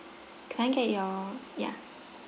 can I get your ya